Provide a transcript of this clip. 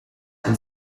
and